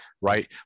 right